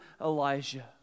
Elijah